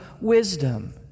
wisdom